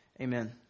Amen